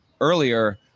earlier